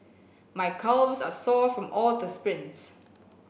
my calves are sore from all the sprints